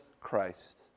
Christ